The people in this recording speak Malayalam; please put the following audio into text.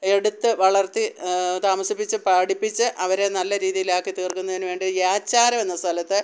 എടുത്തു വളർത്തി താമസിപ്പിച്ചു പഠിപ്പിച്ച് അവരെ നല്ല രീതിയിലാക്കി തീർക്കുന്നതിന് വേണ്ടി യാച്ചാരം എന്ന സ്ഥലത്ത്